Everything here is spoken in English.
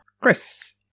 Chris